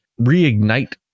reignite